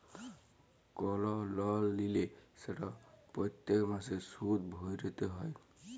call লল লিলে সেট প্যত্তেক মাসে সুদ ভ্যইরতে হ্যয়